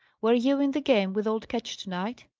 were you in the game with old ketch, to-night?